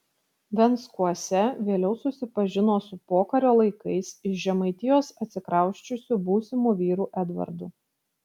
venckuose vėliau susipažino su pokario laikais iš žemaitijos atsikrausčiusiu būsimu vyru edvardu